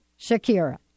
Shakira